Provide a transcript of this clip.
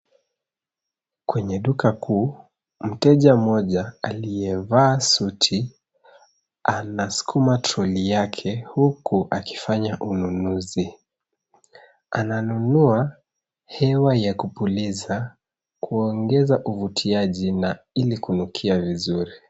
Kwenye duka kuu, mteja mmoja aliyevaa suti anasukuma troli yake huku akifanya ununuzi . Ananunua hewa ya kupuliza, kuongeza uvutiaji na ili kunukia vizuri.